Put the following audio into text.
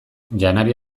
janari